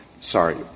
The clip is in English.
Sorry